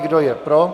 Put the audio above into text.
Kdo je pro?